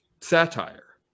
satire